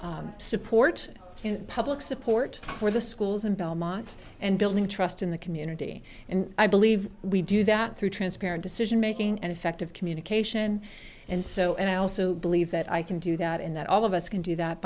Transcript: building support and public support for the schools in belmont and building trust in the community and i believe we do that through transparent decision making and effective communication and so and i also believe that i can do that and that all of us can do that